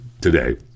today